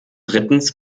drittens